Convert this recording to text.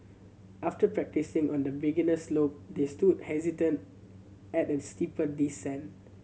after practising on the beginner slope they stood hesitated at a steeper descent